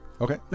Okay